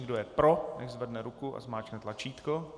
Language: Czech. Kdo je pro, ať zvedne ruku a zmáčkne tlačítko.